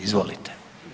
Izvolite.